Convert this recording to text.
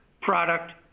product